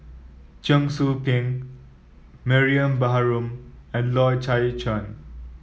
Cheong Soo Pieng Mariam Baharom and Loy Chye Chuan